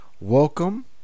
welcome